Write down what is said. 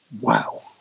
wow